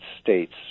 States